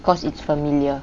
cause it's familiar